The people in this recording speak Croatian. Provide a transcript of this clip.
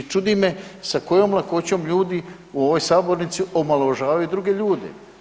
I čudi me sa kojom lakoćom ljudi u ovoj sabornici omalovažavaju druge ljude.